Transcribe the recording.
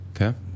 Okay